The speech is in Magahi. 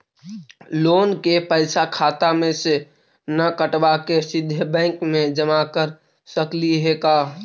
लोन के पैसा खाता मे से न कटवा के सिधे बैंक में जमा कर सकली हे का?